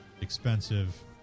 expensive